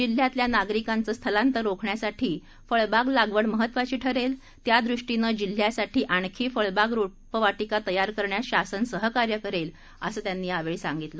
जिल्ह्यातल्या नागरिकांचं स्थलांतर रोखण्यासाठी फळबाग लागवड महत्वाची ठरेल त्यादृष्टीनं जिल्ह्यासाठी आणखी फळबाग रोपवाटिका तयार करण्यास शासन सहकार्य करेल असं त्यांनी यावेळी सांगितलं